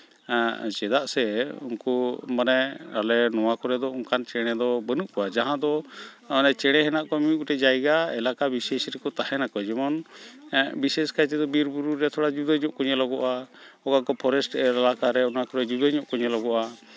ᱪᱮᱫᱟᱜ ᱥᱮ ᱩᱱᱠᱩ ᱢᱟᱱᱮ ᱟᱞᱮ ᱱᱚᱣᱟ ᱠᱚᱨᱮ ᱫᱚ ᱚᱱᱠᱟᱱ ᱪᱮᱬᱮ ᱫᱚ ᱵᱟᱹᱱᱩᱜ ᱠᱚᱣᱟ ᱡᱟᱦᱟᱸ ᱫᱚ ᱪᱮᱬᱮ ᱢᱮᱱᱟᱜ ᱠᱚᱣᱟ ᱢᱤᱢᱤᱫ ᱜᱚᱴᱮᱡ ᱡᱟᱭᱜᱟ ᱮᱞᱟᱠᱟ ᱵᱤᱥᱮᱥ ᱨᱮᱠᱚ ᱛᱟᱦᱮᱱᱟᱠᱚ ᱡᱮᱢᱚᱱ ᱵᱤᱥᱮᱥ ᱠᱟᱭ ᱛᱮᱫᱚ ᱵᱤᱨᱼᱵᱩᱨᱩ ᱨᱮ ᱛᱷᱚᱲᱟ ᱡᱩᱫᱟᱹ ᱧᱚᱜ ᱠᱚ ᱧᱮᱞᱚᱜᱚᱜᱼᱟ ᱚᱠᱟ ᱠᱚ ᱯᱷᱚᱨᱮᱥᱴ ᱮᱞᱟᱠᱟ ᱨᱮ ᱚᱱᱟ ᱠᱚᱨᱮ ᱡᱩᱫᱟᱹ ᱧᱚᱜ ᱠᱚ ᱧᱮᱞᱚᱜᱚᱜᱼᱟ